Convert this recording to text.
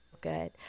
good